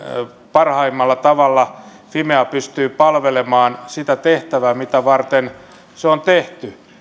parhaimmalla tavalla fimea pystyy palvelemaan sitä tehtävää mitä varten se on tehty